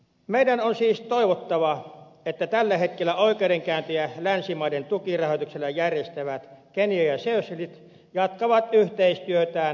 meidän on siis toivottava että tällä hetkellä oikeudenkäyntejä länsimaiden tukirahoituksella järjestävät kenia ja seychellit jatkavat yhteistyötään länsimaiden kanssa